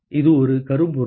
இது ஒரு கரும்பொருள்